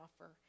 offer